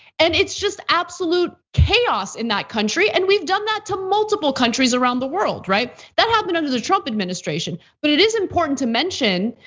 and it's just absolute chaos in that country, and we've done that to multiple countries around the world, right? that has been under the trump administration, but it is important to mention,